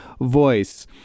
voice